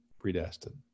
predestined